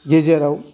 गेजेराव